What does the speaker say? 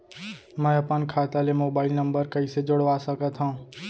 मैं अपन खाता ले मोबाइल नम्बर कइसे जोड़वा सकत हव?